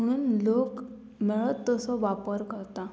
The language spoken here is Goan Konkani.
म्हणून लोक मेळत तसो वापर करता